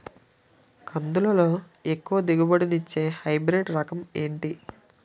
కందుల లో ఎక్కువ దిగుబడి ని ఇచ్చే హైబ్రిడ్ రకం ఏంటి?